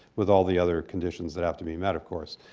with all the other conditions that have to be met, of course.